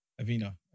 Avena